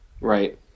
Right